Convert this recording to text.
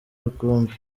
rukumbi